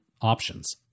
options